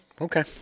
Okay